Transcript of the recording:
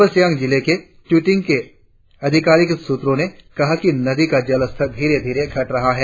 अपर सियांग जिले में ट्यूटिंग के अधिकारिक सूत्रो ने यह भी कहा कि नदी का जल स्तर धीरे धीरे घट रहा है